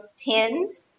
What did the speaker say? pins